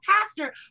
pastor